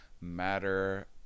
Matter